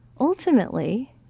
ultimately